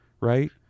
right